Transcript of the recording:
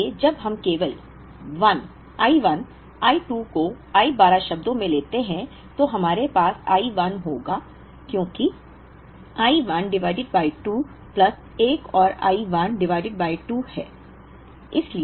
इसलिए जब हम केवल I 1 I 2 को I 12 शब्दों में लेते हैं तो हमारे पास I 1 होगा क्योंकि I 1 डिवाइडेड बाय 2 प्लस एक और I 1 डिवाइडेड बाय 2 है